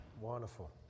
wonderful